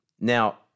Now